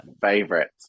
favorite